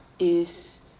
is